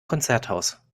konzerthaus